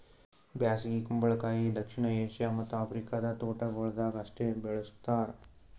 ಬ್ಯಾಸಗಿ ಕುಂಬಳಕಾಯಿ ದಕ್ಷಿಣ ಏಷ್ಯಾ ಮತ್ತ್ ಆಫ್ರಿಕಾದ ತೋಟಗೊಳ್ದಾಗ್ ಅಷ್ಟೆ ಬೆಳುಸ್ತಾರ್